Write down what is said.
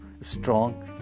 strong